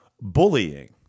bullying